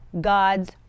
God's